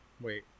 Wait